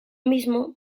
mismo